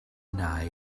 nai